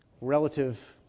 relative